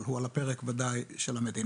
אבל הוא בוודאי על הפרק של המדינה,